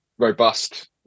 robust